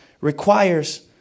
requires